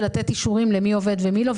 ולתת אישורים מי עובד ומי לא.